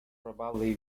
probably